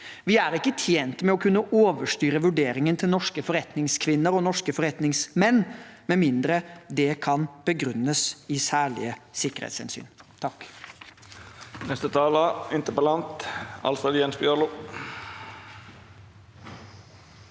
Vi er ikke tjent med å kunne overstyre vurderingen til norske forretningskvinner og norske forretningsmenn med mindre det kan begrunnes i særlige sikkerhetshensyn.